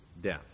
death